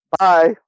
Bye